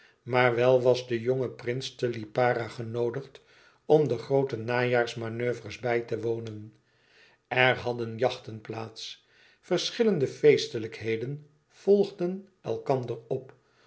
maar wel was de jonge prins te lipara genoodigd om de groote najaarsmanoeuvres bij te wonen er hadden jachten plaats verschillende feestelijkheden volgden elkander op